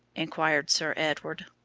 inquired sir edward,